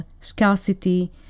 scarcity